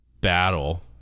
battle